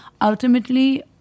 ultimately